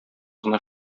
гына